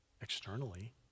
externally